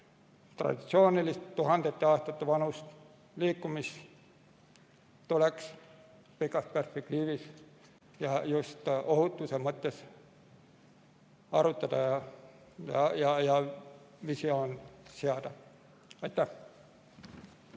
traditsioonilist, tuhandete aastate vanust liikumist tuleks pikas perspektiivis just ohutuse mõttes arutada ja selle kohta visioon